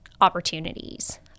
opportunities